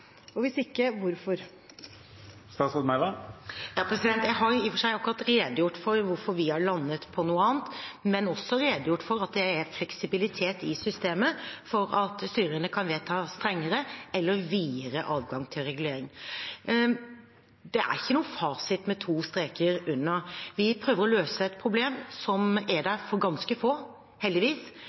og hvis ikke, hvorfor? Jeg har i og for seg akkurat redegjort for hvorfor vi har landet på noe annet, og også redegjort for at det er fleksibilitet i systemet for at styrene kan vedta strengere eller videre adgang til regulering. Det er ikke noen fasit med to streker under. Vi prøver å løse et problem som er der for ganske få, heldigvis.